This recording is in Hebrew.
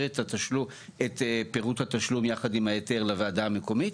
את פירוט התשלום ביחד עם ההיתר לוועדה המקומית.